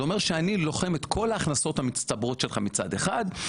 זה אומר שאני לוחם את כל ההכנסות המצטברות שלך מצד אחד,